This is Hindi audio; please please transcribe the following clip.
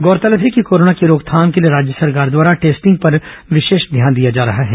गौरतलब है कि कोरोना की रोकथाम के लिए राज्य सरकार द्वारा टेस्टिंग पर विशेष ध्यान दिया जा रहा है